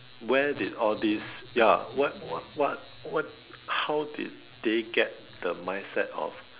where did all these ya what what what how did they get the mindset of